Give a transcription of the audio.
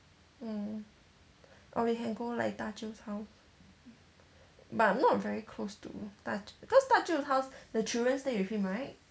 mm or we can go like 大舅 house but not very close to 大舅 cause 大舅 house the children stay with him right